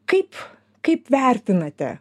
kaip kaip vertinate